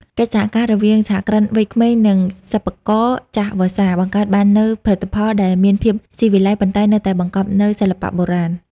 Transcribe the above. កិច្ចសហការរវាងសហគ្រិនវ័យក្មេង និងសិប្បករចាស់វស្សា បង្កើតបាននូវផលិតផលដែលមានភាពស៊ីវិល័យ ប៉ុន្តែនៅតែបង្កប់នូវសិល្បៈបុរាណ។